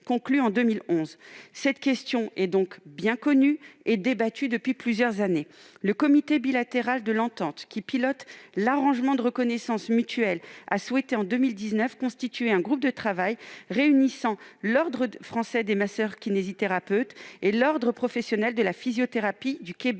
conclu en 2011. Cette question est donc bien connue et débattue depuis plusieurs années. Le comité bilatéral de l'entente, qui pilote l'arrangement de reconnaissance mutuelle a souhaité, en 2019, constituer un groupe de travail réunissant l'ordre français des masseurs-kinésithérapeutes et l'ordre professionnel de la physiothérapie du Québec,